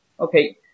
Okay